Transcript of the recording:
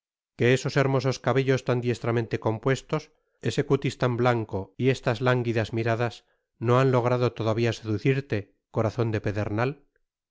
que esos hermosos cabellos tan diestramente compuestos ese cutis tan blanco y estas lánguidas miradas no han logrado todavia seducirte corazon de pedernal